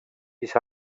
siis